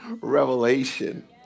revelation